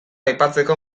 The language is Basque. aipatzeko